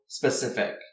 specific